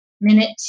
minute